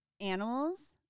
animals